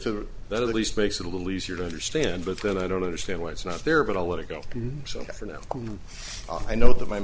to that at least makes it a little easier to understand but then i don't understand why it's not there but i'll let it go so for now i know that my